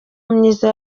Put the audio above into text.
myiza